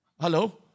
Hello